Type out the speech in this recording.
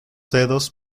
dedos